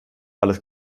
alles